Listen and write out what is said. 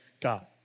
God